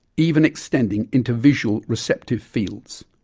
even extending into visual receptive fields.